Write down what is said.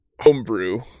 homebrew